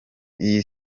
iyi